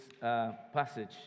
passage